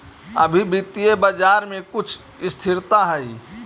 अभी वित्तीय बाजार में कुछ स्थिरता हई